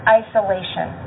isolation